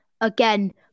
Again